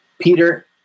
Peter